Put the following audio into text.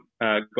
got